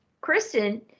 Kristen